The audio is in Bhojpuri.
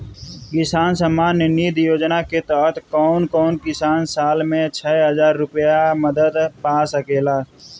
किसान सम्मान निधि योजना के तहत कउन कउन किसान साल में छह हजार रूपया के मदद पा सकेला?